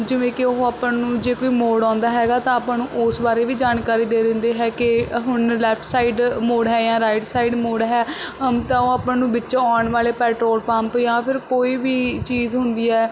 ਜਿਵੇਂ ਕਿ ਉਹ ਆਪਾਂ ਨੂੰ ਜੇ ਕੋਈ ਮੋੜ ਆਉਂਦਾ ਹੈਗਾ ਤਾਂ ਆਪਾਂ ਨੂੰ ਉਸ ਬਾਰੇ ਵੀ ਸਾਨੂੰ ਜਾਣਕਾਰੀ ਦੇ ਦਿੰਦੇ ਹੈ ਕਿ ਹੁਣ ਲੈਫਟ ਸਾਇਡ ਮੋੜ ਹੈ ਜਾਂ ਰਾਇਟ ਸਾਇਡ ਮੋੜ ਹੈ ਤਾਂ ਉਹ ਆਪਾਂ ਨੂੰ ਵਿੱਚੋਂ ਆਉਣ ਵਾਲੇ ਪੈਟ੍ਰੋਲ ਪੰਪ ਜਾਂ ਫਿਰ ਕੋਈ ਵੀ ਚੀਜ਼ ਹੁੰਦੀ ਹੈ